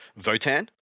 Votan